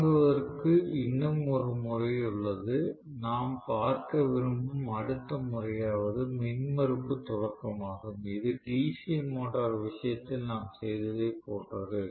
தொடங்குவதற்கு இன்னும் ஒரு முறை உள்ளது நாம் பார்க்க விரும்பும் அடுத்த முறையானது மின்மறுப்பு தொடக்கமாகும் இது டிசி மோட்டார் விஷயத்தில் நாம் செய்ததைப் போன்றது